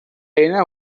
eina